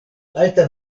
alta